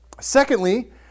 Secondly